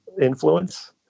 influence